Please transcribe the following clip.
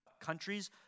countries